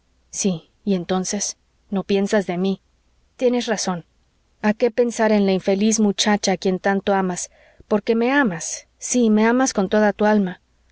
sí y entonces no piensas en mí tienes razón a qué pensar en la infeliz muchacha a quien tanto amas porque me amas sí me amas con toda tu alma